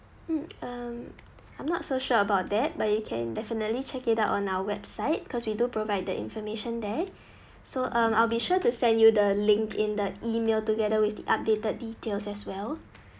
mm um I'm not so sure about that but you can definitely check it out on our website cause we do provide the information there so um I'll be sure to send you the link in the email together with the updated details as well